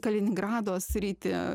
kaliningrado sritį